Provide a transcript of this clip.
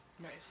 Nice